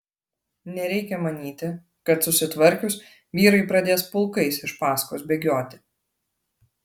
nereikia manyti kad susitvarkius vyrai pradės pulkais iš paskos bėgioti